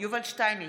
יובל שטייניץ,